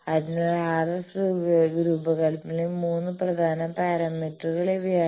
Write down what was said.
അതിനാൽ RF രൂപകൽപ്പനയിലെ മൂന്ന് പ്രധാന പാരാമീറ്ററുകൾ ഇവയാണ്